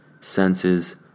senses